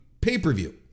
pay-per-view